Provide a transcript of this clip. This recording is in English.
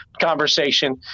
conversation